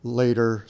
later